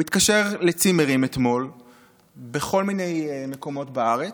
הוא התקשר לצימרים אתמול בכל מיני מקומות בארץ,